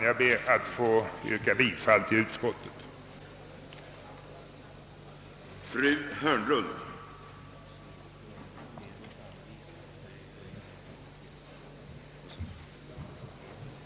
Jag ber att få yrka bifall till utskottets hemställan.